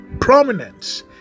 prominence